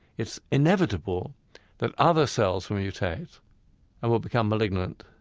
it's inevitable that other cells will mutate and will become malignant.